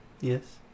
Yes